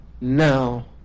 now